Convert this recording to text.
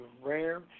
rare